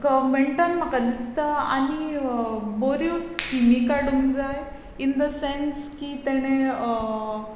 गवमँटान म्हाका दिसता आनी बऱ्यो स्किमी काडूंक जाय ईन द सँस की ताणें